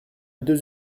deux